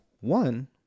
One